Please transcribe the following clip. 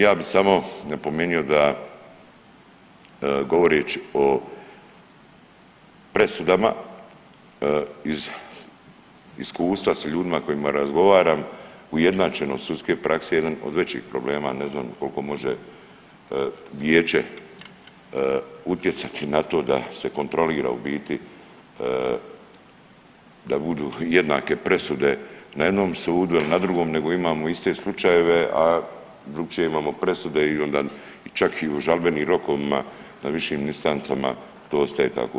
Ja bih samo napomenuo da govoreći o presudama iz iskustva sa ljudima sa kojima razgovaram ujednačeno sudske prakse jedan od većih problema, ne znam koliko može vijeće utjecati na to da se kontrolira u biti, da budu jednake presude na jednom sudu ili na drugom nego imamo iste slučajeve, a drukčije imamo presude i onda čak i u žalbenim rokovima na višim istancama to ostaje tako.